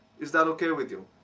is that okay with you?